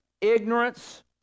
ignorance